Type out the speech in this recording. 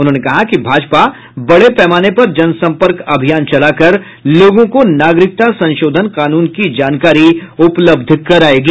उन्होंने कहा कि भाजपा बड़े पैमाने पर जनसम्पर्क अभियान चला कर लोगों को नागरिकता संशोधन कानून की जानकारी उपलब्ध कराएगी